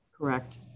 Correct